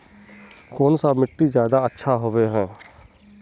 कौन सा मिट्टी ज्यादा अच्छा होबे है?